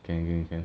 can can can